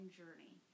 journey